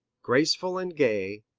graceful and gay,